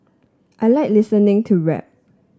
I like listening to rap